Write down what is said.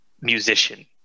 musician